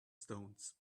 stones